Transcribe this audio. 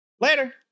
Later